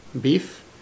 beef